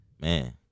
man